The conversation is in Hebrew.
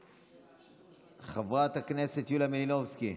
חברת הכנסת יוליה מלינובסקי,